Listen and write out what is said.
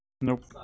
Nope